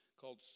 called